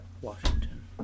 Washington